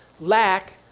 lack